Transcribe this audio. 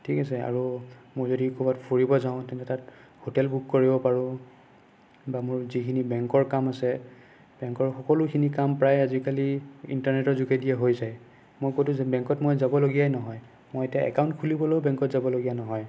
ঠিক আছে আৰু মই যদি ক'ৰবাত ফুৰিব যাওঁ তেন্তে তাত হোটেল বুক কৰিব পাৰোঁ বা মোৰ যিখিনি বেংকৰ কাম আছে বেংকৰ সকলোখিনি কাম প্ৰায় আজিকালি ইন্টাৰনেটৰ যোগেদিয়ে হৈ যায় মোৰ কতো বেংকত যেন মই যাবলগীয়াই নহয় মই এতিয়া একাউন্ট খুলিবলৈও বেংকত যাব লগীয়া নহয়